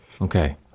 okay